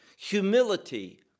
Humility